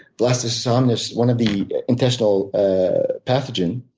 blastesh amnesh, one of the intestinal pathogens.